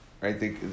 right